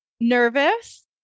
Nervous